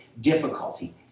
difficulty